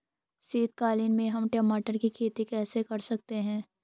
शीतकालीन में हम टमाटर की खेती कैसे कर सकते हैं?